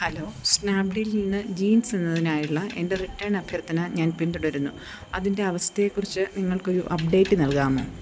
hello സ്നാപ്ഡീലിൽ നിന്ന് jeans എന്നതിനായുള്ള എൻ്റെ റിട്ടേൺ അഭ്യർത്ഥന ഞാൻ പിന്തുടരുന്നു അതിൻ്റെ അവസ്ഥയെക്കുറിച്ച് നിങ്ങൾക്കൊരു അപ്ഡേറ്റ് നൽകാമോ